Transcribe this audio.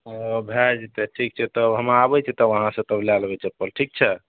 भए जेतय ठीक छै तब हम आबय छै तब अहाँसँ तब लए लेबय चप्पल ठीक छै